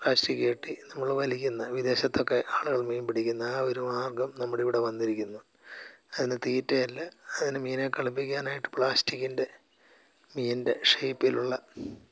plastic കെട്ടി നമ്മൾ വലിക്കുന്ന വിദേശത്തൊക്കെ ആളുകൾ മീൻ പിടിക്കുന്ന ആ ഒരു മാർഗ്ഗം നമ്മുടെ ഇവിടെ വന്നിരിക്കുന്ന് അതിന് തീറ്റയല്ല അതിന് മീനിനെ കളിപ്പിക്കാനായിട്ട് പ്ലാസ്റ്റിക്കിൻ്റെ മീനിൻ്റെ ഷേപ്പിലുള്ള